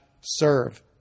serve